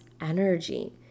energy